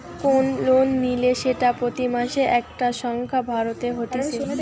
কোন লোন নিলে সেটা প্রতি মাসে একটা সংখ্যা ভরতে হতিছে